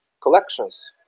collections